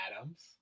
Adams